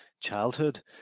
childhood